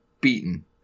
beaten